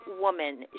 Woman